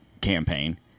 campaign